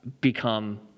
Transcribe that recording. become